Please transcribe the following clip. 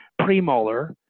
premolar